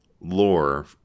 lore